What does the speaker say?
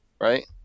right